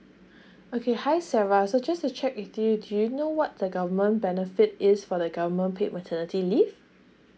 okay hi sarah so just to check with you do you know what the government benefit is for the government paid maternity leave